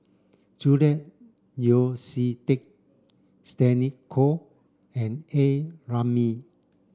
Julian Yeo See Teck Stella Kon and A Ramli